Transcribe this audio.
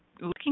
looking